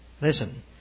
Listen